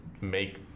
make